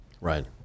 Right